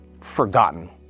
forgotten